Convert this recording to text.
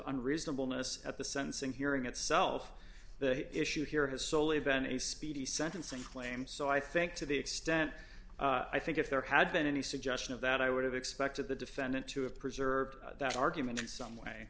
on reasonable notice at the sentencing hearing itself the issue here has soli been a speedy sentencing claim so i think to the extent i think if there had been any suggestion of that i would have expected the defendant to have preserved that argument in some way